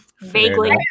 vaguely